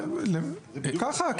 ככה,